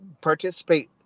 participate